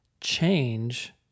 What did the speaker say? change